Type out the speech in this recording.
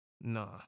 Nah